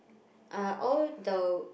are all the